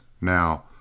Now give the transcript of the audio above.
now